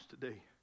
today